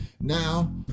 Now